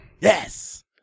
Yes